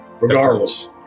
regardless